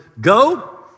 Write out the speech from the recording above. go